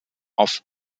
auf